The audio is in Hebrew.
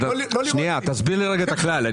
תסביר לי את הכלל.